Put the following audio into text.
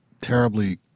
terribly